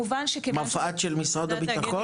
מפא"ת של משרד הבטחון?